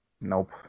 Nope